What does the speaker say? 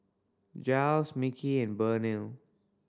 Jiles Micky and Burnell